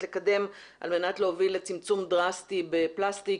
לקדם על מנת להוביל צמצום דרסטי בפלסטיק,